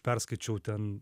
perskaičiau ten